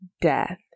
death